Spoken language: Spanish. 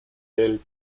del